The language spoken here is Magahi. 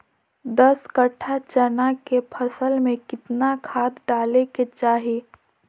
दस कट्ठा चना के फसल में कितना खाद डालें के चाहि?